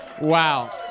Wow